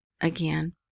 again